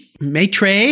Maitre